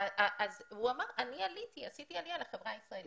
הוא אמר שהוא עלה, שהוא עשה עלייה לחברה הישראלית.